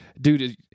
dude